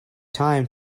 time